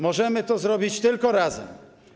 Możemy to zrobić tylko razem.